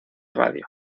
radio